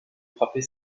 frapper